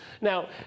Now